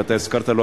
ואתה הזכרת לו,